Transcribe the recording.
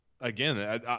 again